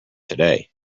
today